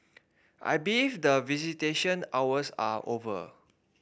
I believe that visitation hours are over